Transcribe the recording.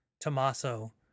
Tommaso